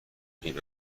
این